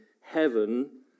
heaven